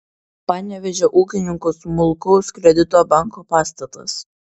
panevėžio ūkininkų smulkaus kredito banko pastatas